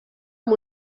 amb